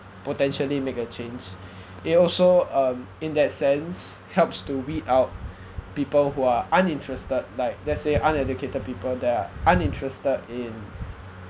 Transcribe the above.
potentially make a change it also um in that sense helps to weed out people who are uninterested like let's say uneducated people that are uninterested in